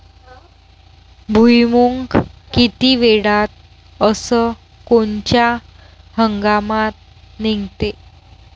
भुईमुंग किती वेळात अस कोनच्या हंगामात निगते?